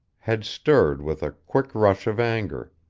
had stirred with a quick rush of anger